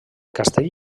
castell